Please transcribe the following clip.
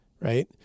right